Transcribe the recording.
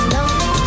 Lonely